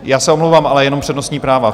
Já se omlouvám, ale jenom přednostní práva.